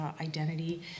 identity